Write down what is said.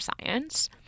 science